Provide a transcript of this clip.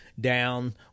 down